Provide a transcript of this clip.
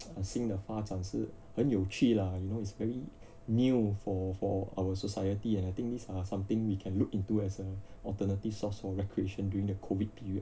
新的发展是很有趣 lah you know it's very new for for our society and I think these are something we can look into as an alternative source of recreation during the COVID period